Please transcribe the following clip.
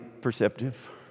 perceptive